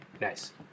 Nice